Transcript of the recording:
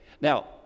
Now